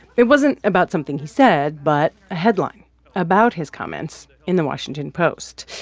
it wasn't about something he said but a headline about his comments in the washington post.